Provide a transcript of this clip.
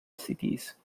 cities